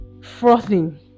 frothing